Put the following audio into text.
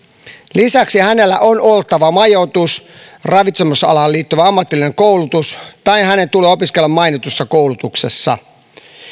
lisäksi hänellä on oltava majoitus ravitsemusalaan liittyvä ammatillinen koulutus tai hänen tulee opiskella mainitussa koulutuksessa